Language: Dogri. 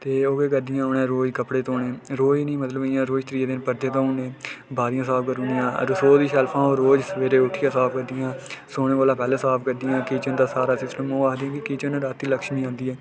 ते ओह् केह् करदियां न उ'नें रोज कपड़े धोने रोज निं मतलब इ'यां रोज त्रीए दिन पड़दे धोई ओड़ने बारियां साफ करी ओड़निया रसोई दियां शैल्फां होन रोज सबेरै उट्ठिये साफ करदियां सौने कोला पैह्लें साफ करदियां ते किचन उं'दा सारा सिस्टम ओह् आखदियां कि किचन च रातीं लशमी औंदी ऐ